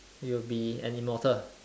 you will be an immortal